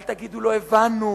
אל תגידו לא הבנו,